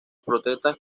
protestas